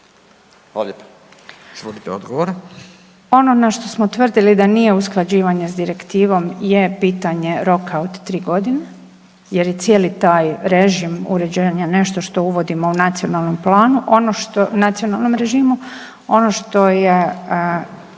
Koržinek, Nina (HDZ)** Ono što smo shvatili da nije usklađivanje sa direktivom je pitanje roka od tri godine, jer je cijeli taj režim uređenja nešto što uvodimo u nacionalnom planu, nacionalnom